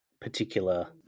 particular